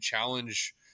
challenge